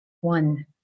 one